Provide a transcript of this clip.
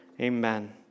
Amen